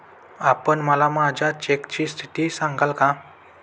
आपण मला माझ्या चेकची स्थिती सांगाल का?